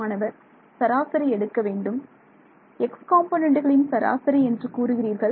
மாணவர் சராசரி எடுக்கவேண்டும் x காம்பொனன்டுகளின் சராசரி என்று கூறுகிறீர்கள்